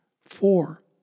four